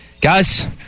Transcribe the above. guys